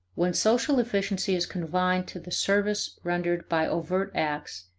when social efficiency is confined to the service rendered by overt acts,